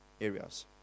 areas